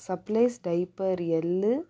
supplies diaper L